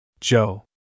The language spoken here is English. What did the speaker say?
Joe